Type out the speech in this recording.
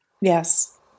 Yes